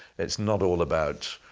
it's not all about.